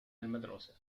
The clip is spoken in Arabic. المدرسة